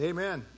Amen